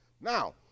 Now